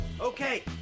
Okay